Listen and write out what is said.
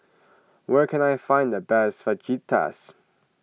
where can I find the best Fajitas